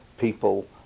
people